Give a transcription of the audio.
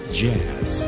jazz